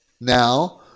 now